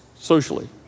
socially